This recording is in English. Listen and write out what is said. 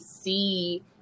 see